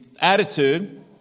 attitude